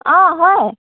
অঁ হয়